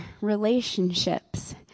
relationships